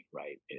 right